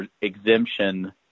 exemption